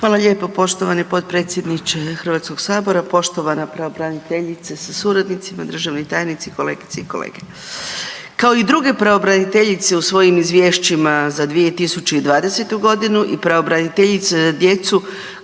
Hvala lijepo. Poštovani potpredsjedniče HS-a, poštovana pravobraniteljice sa suradnicima, državni tajnici, kolegice i kolege. Kao i druge pravobraniteljice u svojim izvješćima za 2020.g. i pravobraniteljica za djecu